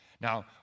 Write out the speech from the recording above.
Now